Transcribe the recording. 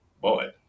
Boy